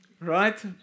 Right